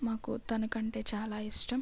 మాకు తణుకు అంటే చాలా ఇష్టం